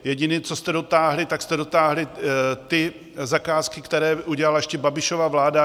Jediné, co jste dotáhli, tak jste dotáhli zakázky, které udělala ještě Babišova vláda.